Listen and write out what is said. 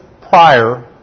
prior